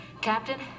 Captain